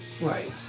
Right